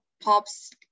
pops